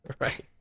Right